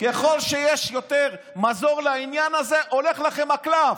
ככל שיש יותר מזור לעניין הזה, הולך לכם הקלף.